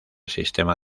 sistema